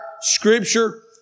scripture